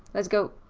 let's go.